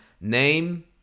name